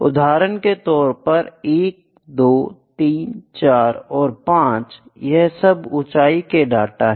उदाहरण के तौर पर 1234 और 5 यह सब ऊंचाई के डाटा हैं